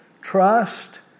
Trust